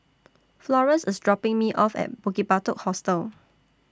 Florance IS dropping Me off At Bukit Batok Hostel